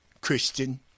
Christian